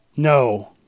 No